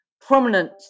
prominent